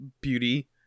beauty